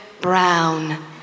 Brown